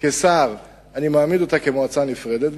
כשר אני מעמיד אותה כמועצה נפרדת,